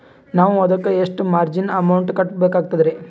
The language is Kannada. ನಾವು ಅದಕ್ಕ ಎಷ್ಟ ಮಾರ್ಜಿನ ಅಮೌಂಟ್ ಕಟ್ಟಬಕಾಗ್ತದ್ರಿ?